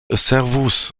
servus